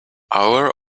our